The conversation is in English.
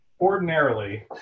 Ordinarily